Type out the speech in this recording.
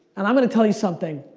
and i'm gonna tell you something.